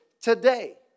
today